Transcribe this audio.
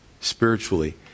spiritually